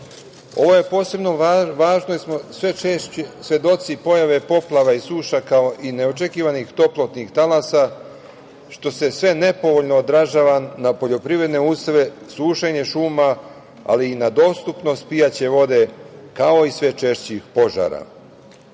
je posebno važno jer smo sve češće svedoci pojave poplava i suša, kao i neočekivanih toplotnih talasa, što se sve nepovoljno odražava na poljoprivredne useve, sušenje šuma, ali i na dostupnost pijaće vode, kao i sve češćih požara. Svi